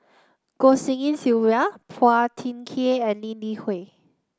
Goh Tshin En Sylvia Phua Thin Kiay and Lee Li Hui